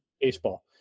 baseball